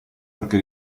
perché